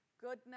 goodness